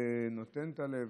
"נותן את הלב".